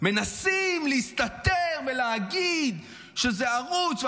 מנסים להסתתר ולהגיד שזה ערוץ,